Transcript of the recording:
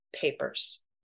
papers